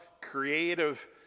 creative